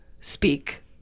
speak